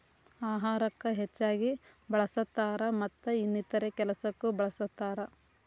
ಅಹಾರಕ್ಕ ಹೆಚ್ಚಾಗಿ ಬಳ್ಸತಾರ ಮತ್ತ ಇನ್ನಿತರೆ ಕೆಲಸಕ್ಕು ಬಳ್ಸತಾರ